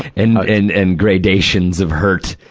in, in, in gradations of hurt,